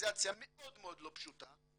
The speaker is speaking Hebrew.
מדיקליזציה מאוד מאוד לא פשוטה.